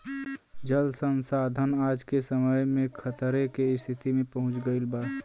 जल संसाधन आज के समय में खतरे के स्तिति में पहुँच गइल बा